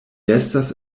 estas